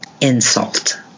Insult